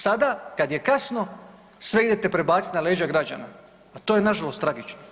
Sada kad je kasno sve idete prebaciti na leđa građana, a to je nažalost tragično.